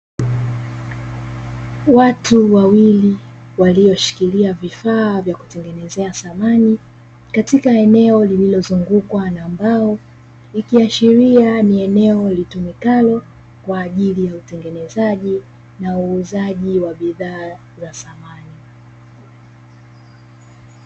Watu wawili walioshikilia vifaa vya kutengenezea samani, katika eneo lililozungukwa na mbao, ikiashiria ni eneo litumikalo kwa ajili ya utengenezaji na uuzaji wa bidhaa za samani.